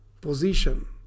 position